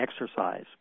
exercise